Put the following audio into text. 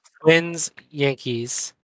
Twins-Yankees